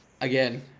Again